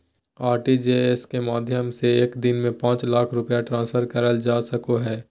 RTGS के माध्यम से एक दिन में पांच लाख रुपया ट्रांसफर करल जा सको हय